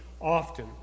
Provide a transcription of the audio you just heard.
often